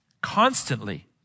constantly